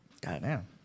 Goddamn